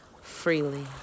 freely